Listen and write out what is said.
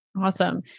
Awesome